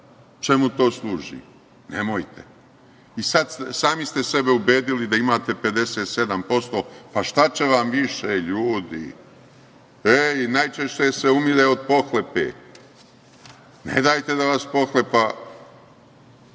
to služi? Nemojte. Sad, sami ste sebe ubedili da imate 57%, pa šta će vam više, ljudi? Najčešće se umire od pohlepe. Ne dajte da vas pohlepa